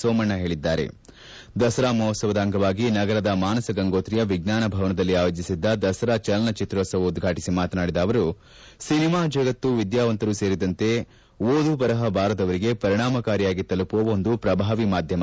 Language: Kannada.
ಸೋಮಣ್ಣ ಹೇಳಿದ್ದಾರೆ ದಸರಾ ಮಹೋತ್ಸವದ ಅಂಗವಾಗಿ ನಗರದ ಮಾನಸ ಗಂಗೋತ್ರಿಯ ವಿಜ್ಞಾನ ಭವನದಲ್ಲಿ ಆಯೋಜಿಸಿದ್ದ ದಸರಾ ಚಲನಚಿತ್ರೋತ್ಲವ ಉದ್ಘಾಟಿಸಿ ಮಾತನಾಡಿದ ಅವರು ಸಿನಿಮಾ ಜಗತ್ತು ವಿದ್ಯಾವಂತರೂ ಸೇರಿದಂತೆ ಓದು ಬರಪ ಬಾರದವರಿಗೆ ಪರಿಣಾಮಕಾರಿಯಾಗಿ ತಲುಪುವ ಒಂದು ಪ್ರಭಾವಿ ಮಾಧ್ಯಮ